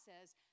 says